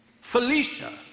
Felicia